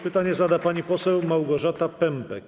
Pytanie zada pani poseł Małgorzata Pępek.